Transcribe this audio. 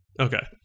Okay